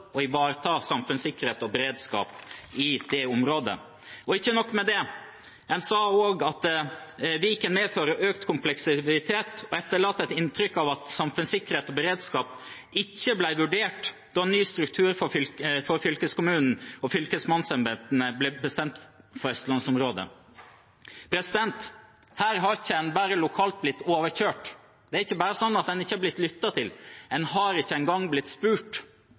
å ivareta samfunnssikkerhet og beredskap i det området. Og ikke nok med det, en sa også at Viken medfører økt kompleksitet og etterlater et inntrykk av at samfunnssikkerhet og beredskap ikke ble vurdert da ny struktur for fylkeskommunen og fylkesmannsembetene ble bestemt for Østlands-området. Her har man ikke bare lokalt blitt overkjørt. Det er ikke bare sånn at man ikke har blitt lyttet til – en har ikke engang blitt spurt.